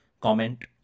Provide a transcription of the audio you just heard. comment